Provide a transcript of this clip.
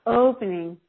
opening